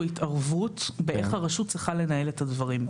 התערבות באיך הרשות צריכה לנהל את הדברים.